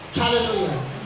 hallelujah